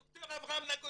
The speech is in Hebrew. אתה שומע ד"ר נגוסה?